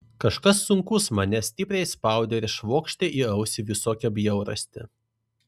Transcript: kažkas sunkus mane stipriai spaudė ir švokštė į ausį visokią bjaurastį